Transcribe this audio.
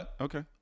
okay